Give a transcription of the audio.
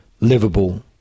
livable